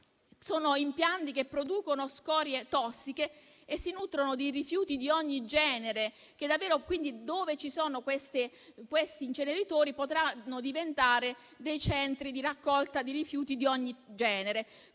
Sono impianti che producono scorie tossiche e si nutrono di rifiuti di ogni genere, quindi le aree in cui si trovano tali inceneritori potranno diventare dei centri di raccolta di rifiuti di ogni genere.